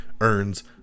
earns